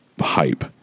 hype